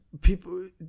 people